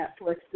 Netflix